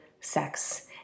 sex